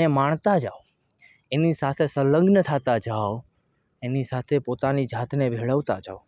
ને માણતા જાઓ એની સાથે સંલગ્ન થતા જાઓ એની સાથે પોતાની જાતને ભેળવતા જાઓ